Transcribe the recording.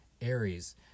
Aries